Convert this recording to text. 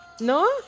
No